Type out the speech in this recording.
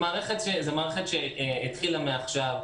זו מערכת שהתחילה מעכשיו,